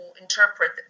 interpret